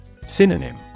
Synonym